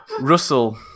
Russell